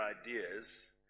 ideas